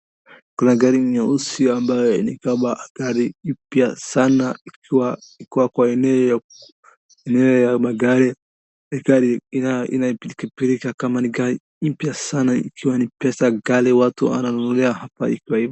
Kuna gari nyeusi ambaye ni kama gari jipya sana ikiwa, ikiwa kwa eneo ya ku, eneo ya magari, ni ka nii, ina pilka pilka kama ni gari mpya sana, ikiwa ni pesa ghali watu wananunulia hapa ikiwa hivo.